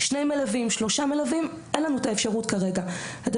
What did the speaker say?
שניים או שלושה?״ במקרה של שלושה מלווים,